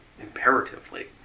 imperatively